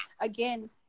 again